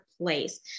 place